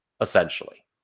essentially